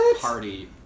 party